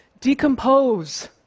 decompose